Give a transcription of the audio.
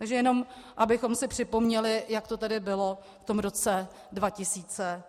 Takže jenom abychom si připomněli, jak to tedy bylo v roce 2008.